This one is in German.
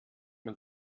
man